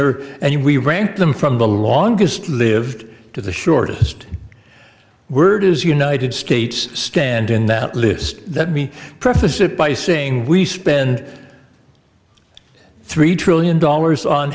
are and we rank them from the longest lived to the shortest word is united states stand in that list that me preface it by saying we spend three trillion dollars on